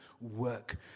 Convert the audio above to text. work